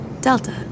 Delta